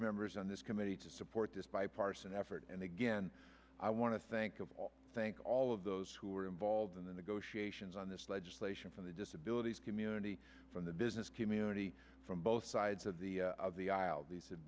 members on this committee to support this bipartisan effort and again i want to thank of all thank all of those who were involved in the negotiations on this legislation from the disability community from the business community from both sides of the of the aisle these have